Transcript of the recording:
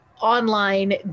online